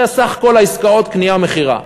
זה סך כל העסקאות, קנייה ומכירה.